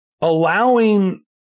allowing